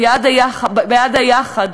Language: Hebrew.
בעד היחד,